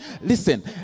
Listen